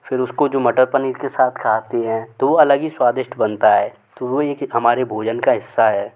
फिर उसको जो मटर पनीर के साथ खाते हैं तो वो अलग ही स्वादिष्ट बनता है तो वो एक हमारे भोजन का हिस्सा है